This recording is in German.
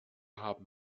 haben